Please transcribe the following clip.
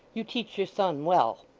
you teach your son well